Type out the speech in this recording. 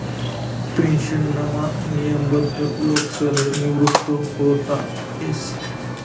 पेन्शनमा नियमबद्ध लोकसले निवृत व्हता येस